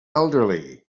elderly